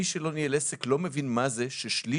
מי שלא ניהל עסק לא מבין מה זה שצריך